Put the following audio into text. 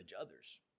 others